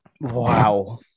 wow